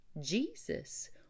Jesus